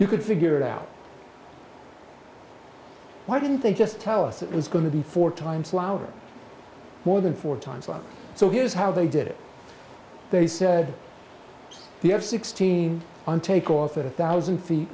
you could figure it out why didn't they just tell us it was going to be four times louder more than four times louder so here's how they did it they said the f sixteen on takeoff a thousand feet